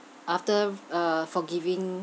after uh forgiving